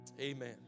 Amen